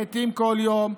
מתים כל יום,